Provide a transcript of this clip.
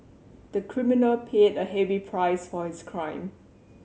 the criminal paid a heavy price for his crime